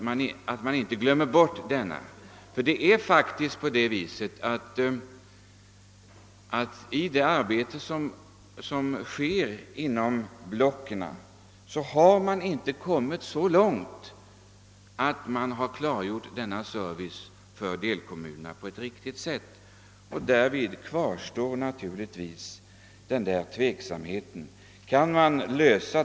Man har faktiskt i det arbete som förekommer inom blocken inte kommit så långt, att man på ett riktigt sätt kunnat redovisa utformningen av denna service för delkommunerna. Därför kvarstår naturligtvis en tveksamhet i detta sammanhang.